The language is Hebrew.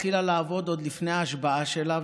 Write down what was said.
התחילה לעבוד עוד לפני ההשבעה שלה,